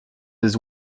his